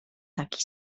taki